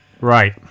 Right